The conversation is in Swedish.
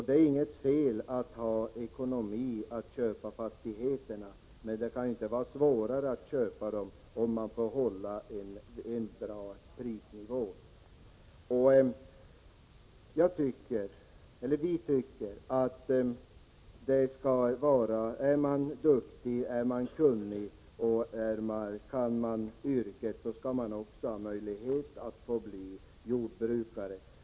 Det är inget fel att någon har ekonomiska möjligheter att köpa fastigheterna, men det kan inte vara svårare att köpa dem om prisnivån är bra. Vi socialdemokrater tycker att den som är duktig och kan yrket skall ha ” möjlighet att bli jordbrukare.